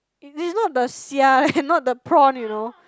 it's not the xia leh not the prawn you know